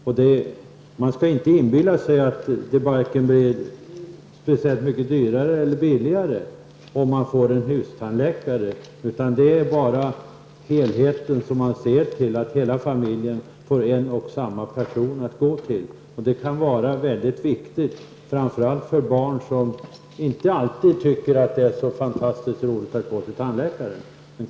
Ingen skall inbilla sig att det är vare sig speciellt mycket dyrare eller billigare om man får en hustandläkare, utan vad det handlar om är att se till helheten, att hela familjen får en och samma person att gå till. Det kan vara väldigt viktigt framför allt för barn, som inte alltid tycker att det är så fantastiskt roligt att gå till tandläkaren.